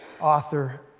author